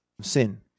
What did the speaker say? sin